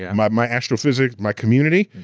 and my my astrophysics, my community,